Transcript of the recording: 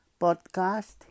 podcast